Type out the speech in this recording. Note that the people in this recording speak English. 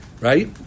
Right